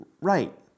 Right